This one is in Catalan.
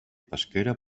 pesquera